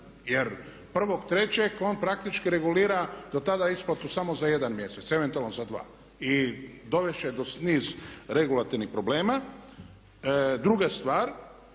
Jer 1.3. on praktički regulira do tada isplatu samo za jedan mjesec, eventualno za dva. I dovesti će do niz regulativnih problema. Druga stvar,